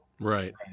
Right